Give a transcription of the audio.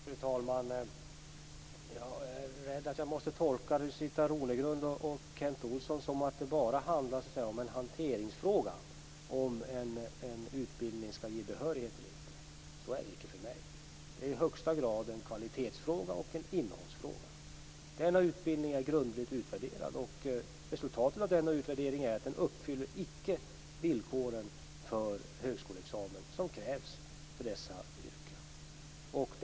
Fru talman! Jag är rädd att jag måste tolka Rosita Runegrund och Kent Olsson så att det bara handlar om en hanteringsfråga när det gäller om en utbildning skall ge behörighet eller inte. Så är det icke för mig. Det är i högsta grad en kvalitetsfråga och en innehållsfråga. Denna utbildning är grundligt utvärderad, och resultatet av utvärderingen är att den icke uppfyller de villkor för högskoleexamen, som krävs för dessa yrken.